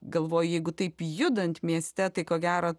galvoju jeigu taip judant mieste tai ko gero